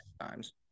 times